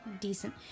decent